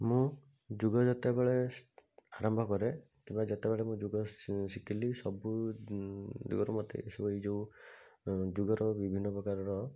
ମୁଁ ଯୋଗ ଯେତେବେଳେ ଆରମ୍ଭ କରେ କିମ୍ବା ଯେତେବେଳେ ମୁଁ ଯୋଗ ଶିଖିଲି ସବୁ ଦିଗରୁ ମୋତେ ଏସବୁ ଏଇ ଯେଉଁ ଯୋଗର ବିଭିନ୍ନ ପ୍ରକାରର